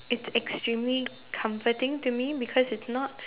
it's extremely comforting to me because it's not